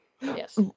Yes